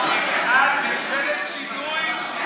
נא למנות את הקולות, בבקשה.